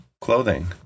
clothing